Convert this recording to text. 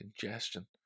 congestion